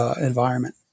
environment